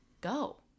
go